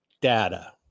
data